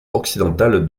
occidentale